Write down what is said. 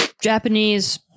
Japanese